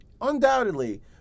undoubtedly